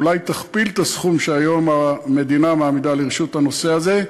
אולי תכפיל את הסכום שהמדינה מעמידה היום לרשות הנושא הזה,